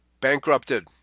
bankrupted